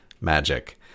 magic